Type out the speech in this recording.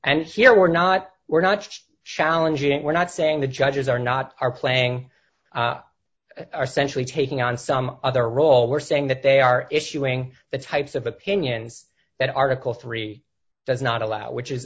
and here we're not we're not just shalen jean we're not saying the judges are not are playing our century taking on some other role we're saying that they are issuing the types of opinions that article three does not allow which is